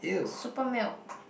super milk